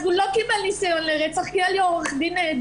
אז הוא לא קיבל כתב אישום על ניסיון לרצח כי היה לו עורך דין נהדר,